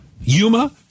Yuma